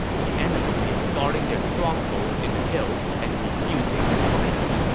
the enemy is guarding their strongholds in the hills and refusing to fight us.